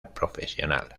profesional